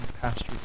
pastures